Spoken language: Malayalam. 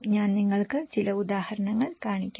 ഞാൻ നിങ്ങൾക്ക് ചില ഉദാഹരണങ്ങൾ കാണിക്കാം